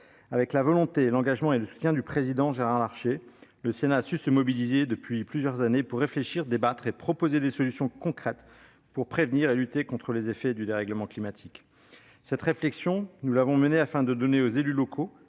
Avec la volonté, l'engagement et le soutien du président Gérard Larcher, le Sénat a su se mobiliser depuis plusieurs années pour réfléchir, débattre et proposer des solutions concrètes pour prévenir et lutter contre les effets du dérèglement climatique. Cette réflexion, nous l'avons menée afin de donner aux élus locaux,